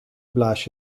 blaas